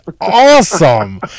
awesome